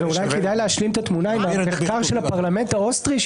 אולי כדאי להשלים את התמונה עם המחקר של הפרלמנט האוסטרי,